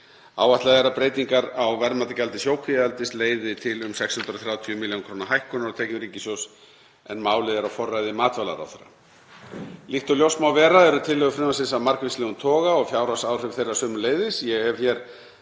Áætlað er að breytingar á verðmætagjaldi sjókvíaeldis leiði til um 630 millj. kr. hækkunar á tekjum ríkissjóðs, en málið er á forræði matvælaráðherra. Líkt og ljóst má vera eru tillögur frumvarpsins af margvíslegum toga og fjárhagsáhrif þeirra sömuleiðis.